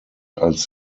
als